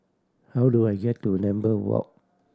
how do I get to Lambeth Walk